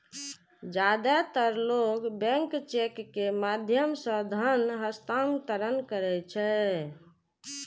जादेतर लोग bank cheque के माध्यम सं धन हस्तांतरण करै छै